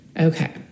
Okay